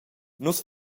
nus